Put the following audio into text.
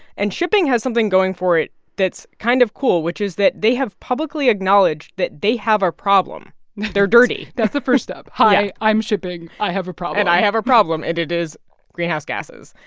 and shipping has something going for it that's kind of cool, which is that they have publicly acknowledged that they have a problem they're dirty that's the first step yeah hi, i'm shipping i have a problem and i have a problem, and it is greenhouse gases.